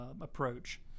approach